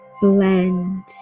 blend